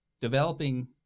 developing